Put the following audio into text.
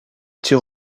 tirs